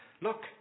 look